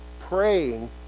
praying